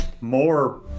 more